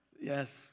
Yes